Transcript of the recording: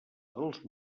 dels